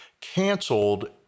canceled